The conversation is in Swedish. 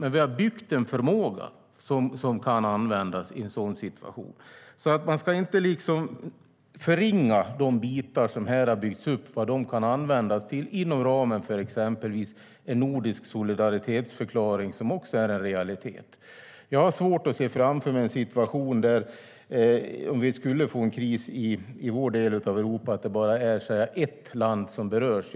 Men vi har byggt upp en förmåga som kan användas i en sådan situation. Man ska inte förringa de bitar som har byggts upp och vad de kan användas till inom ramen för exempelvis en nordisk solidaritetsförklaring, som också är en realitet. Jag har svårt att se framför mig en situation där vi skulle få en kris i vår del av Europa men det bara är ett land som berörs.